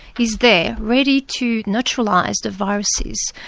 is there ready to neutralise the viruses.